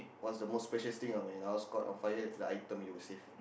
what's the most precious thing ah when your house caught on fire the item you would save